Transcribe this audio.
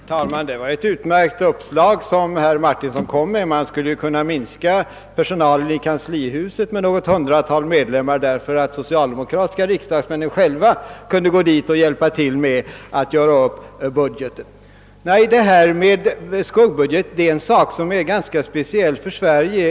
Herr talman! Herr Martinsson kom med ett utmärkt uppslag. Man skulle ju kunna minska personalen i kanslihuset med något hundratal, eftersom de socialdemokratiska riksdagsmännen själva kunde gå dit och hjälpa till med arbetet på budgeten. Detta med skuggbudget är någonting ganska speciellt för Sverige.